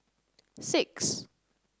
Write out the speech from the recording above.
six